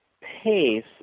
pace